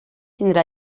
tindrà